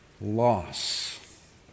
loss